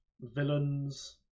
Villains